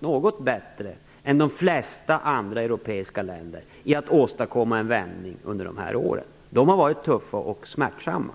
något bättre jämfört med de flesta andra europeiska länder när det gäller att åstadkomma en vändning under de här åren, vilka har varit tuffa och smärtsamma.